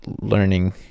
learning